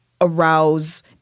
arouse